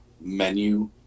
menu